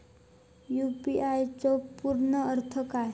UPI चो पूर्ण अर्थ काय?